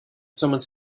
somebody